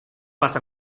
pasa